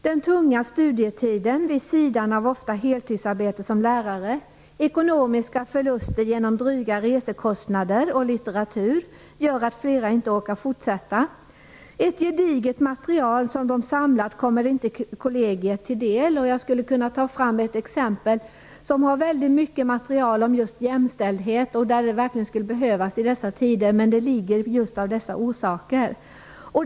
Den tunga studietiden ofta vid sidan av heltidsarbete som lärare och ekonomiska förluster genom dryga resekostnader och litteratur gör att flera inte orkar fortsätta. Ett gediget material som de samlat kommer inte kollegiet till del. Jag skulle kunna ta fram ett exempel där det finns väldigt mycket material om just jämställdhet som verkligen skulle behövas i dessa tider. Men det ligger just av dessa orsaker.